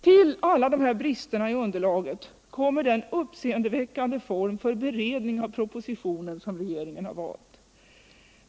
Till alla dessa brister i underlaget kommer den uppscendeväckande form för beredning av propositionen som regeringen valt.